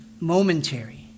momentary